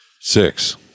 Six